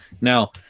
Now